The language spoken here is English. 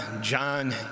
John